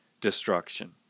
destruction